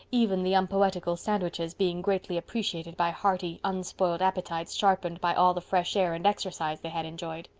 even the unpoetical sandwiches being greatly appreciated by hearty, unspoiled appetites sharpened by all the fresh air and exercise they had enjoyed.